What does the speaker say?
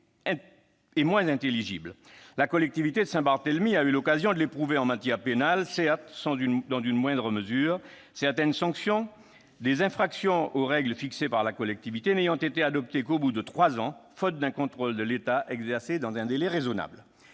La collectivité de Saint-Barthélemy a eu l'occasion de l'éprouver en matière pénale, certes dans une moindre mesure, certaines sanctions des infractions aux règles fixées par la collectivité n'ayant été adoptées qu'au bout de trois ans, faute d'exercice du contrôle de l'État dans un délai raisonnable.